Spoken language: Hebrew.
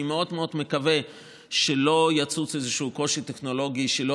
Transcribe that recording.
אני מאוד מאוד מקווה שלא יצוץ איזשהו קושי טכנולוגי שלא